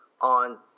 on